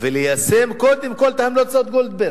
וליישם קודם כול את המלצות ועדת-גולדברג?